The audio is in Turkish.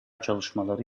çalışmaları